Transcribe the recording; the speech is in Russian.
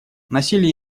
насилие